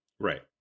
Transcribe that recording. Right